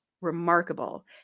remarkable